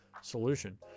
Solution